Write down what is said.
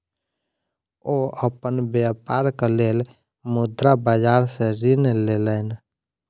ओ अपन व्यापारक लेल मुद्रा बाजार सॅ ऋण लेलैन